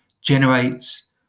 generates